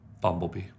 Bumblebee